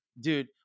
dude